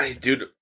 Dude